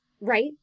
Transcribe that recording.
right